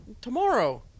Tomorrow